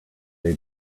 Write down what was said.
they